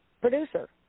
producer